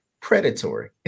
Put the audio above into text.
predatory